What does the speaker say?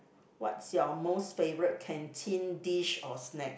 what's your most favorite canteen dish or snack